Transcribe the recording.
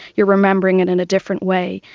you are remembering it in a different way.